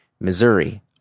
Missouri